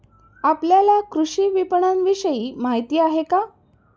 आपल्याला कृषी विपणनविषयी माहिती आहे का?